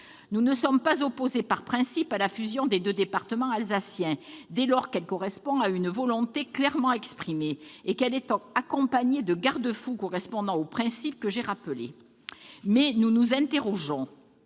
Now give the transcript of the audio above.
Nous ne sommes pas opposés par principe à la fusion des deux départements alsaciens, dès lors qu'elle correspond à une volonté clairement exprimée et qu'elle est accompagnée de garde-fous correspondant aux principes que j'ai rappelés. Mais nous nous interrogeons-